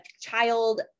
child